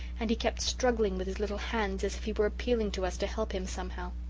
and he kept struggling with his little hands, as if he were appealing to us to help him somehow.